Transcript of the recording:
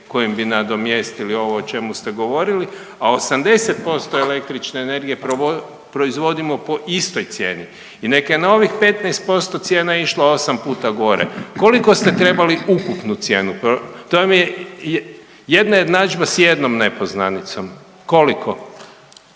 kojim bi nadomjestili ovo o čemu ste govorili, a 80% električne energije proizvodimo po istoj cijeni i neka je na ovih 15% cijena išla 8 puta gore, koliko ste trebali ukupnu cijenu, to vam je jedna jednadžba s jednom nepoznanicom, koliko?